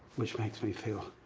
which makes me feel.